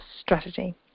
strategy